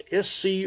SC